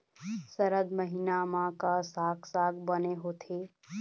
सरद महीना म का साक साग बने होथे?